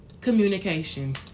communication